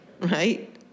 right